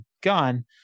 gun